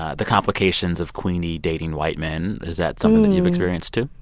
ah the complications of queenie dating white men. is that something that you've experienced, too?